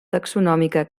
taxonòmica